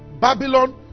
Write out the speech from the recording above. Babylon